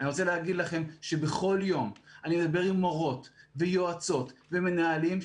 אני רוצה להגיד לכם שבכל יום אני מדבר עם מורות ועם יועצות ועם מנהלים,